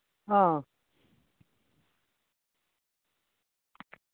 हां